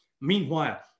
Meanwhile